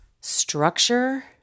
structure